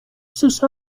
sus